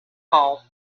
hall